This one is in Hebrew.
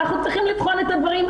אנחנו צריכים לבחון את הדברים.